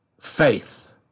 faith